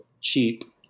cheap